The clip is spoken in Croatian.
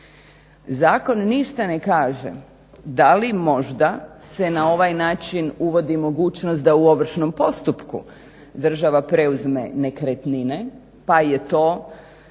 Zakon ništa ne kaže da li možda se na ovaj način uvodi mogućnost da u ovršnom postupku država preuzme nekretnine pa je to